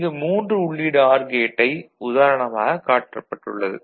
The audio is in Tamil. இங்கு 3 உள்ளீடு ஆர் கேட் உதாரணமாகக் காட்டப்பட்டுள்ளது